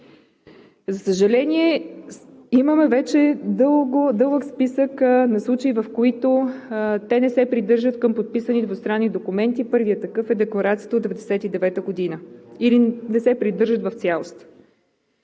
За съжаление, имаме вече дълъг списък на случаи, в които те не се придържат към подписаните двустранни документи – първият такъв е декларацията от 1999 г., или не се придържат в цялост.